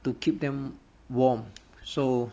to keep them warm so